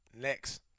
next